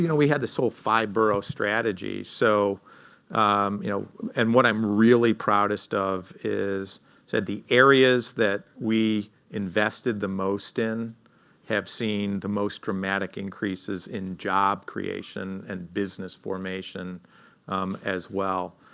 you know we had this whole five-borough strategy. so um you know and what i'm really proudest of is that the areas that we invested the most in have seen the most dramatic increases in job creation and business formation as well.